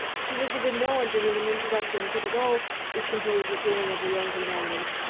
she visited no one to whom an introduction could at all discompose the feelings of her young companions.